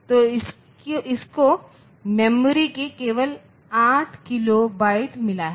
तो इसको मेमोरी के केवल 8 किलो बाइट मिला है